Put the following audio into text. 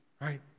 Right